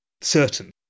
certain